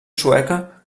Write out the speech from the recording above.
sueca